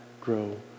grow